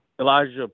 Elijah